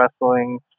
Wrestling